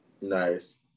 Nice